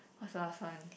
what's the last one